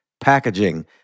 packaging